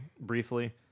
briefly